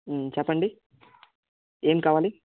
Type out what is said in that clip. చెప్పండి ఏం కావాలి